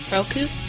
Roku